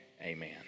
Amen